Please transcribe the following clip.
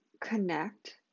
connect